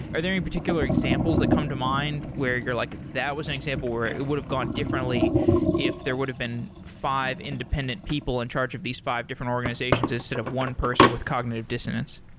are there any particular examples that come to mind where you're like, that was an example where it would have gone differently if there would have been five independent people in charge of these five different organizations, instead of one person with cognitive dissonance?